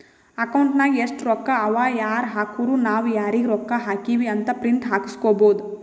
account ನಾಗ್ ಎಸ್ಟ್ ರೊಕ್ಕಾ ಅವಾ ಯಾರ್ ಹಾಕುರು ನಾವ್ ಯಾರಿಗ ರೊಕ್ಕಾ ಹಾಕಿವಿ ಅಂತ್ ಪ್ರಿಂಟ್ ಹಾಕುಸ್ಕೊಬೋದ